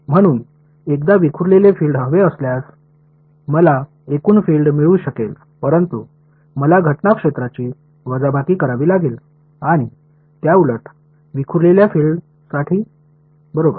म्हणून एकदा विखुरलेले फील्ड हवे असल्यास मला एकूण फील्ड मिळू शकेल परंतु मला घटना क्षेत्राची वजाबाकी करावी लागेल आणि त्याउलट विखुरलेल्या फील्डसाठी बरोबर